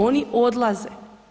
Oni odlaze.